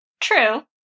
True